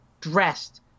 dressed